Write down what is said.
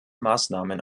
maßnahmen